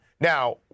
Now